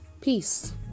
peace